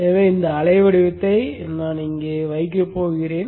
எனவே இந்த அலைவடிவத்தை இங்கே வைக்கப் போகிறேன்